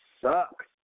sucks